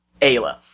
Ayla